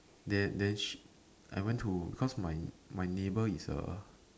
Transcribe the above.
then then sh I went to cause my my neighbor is a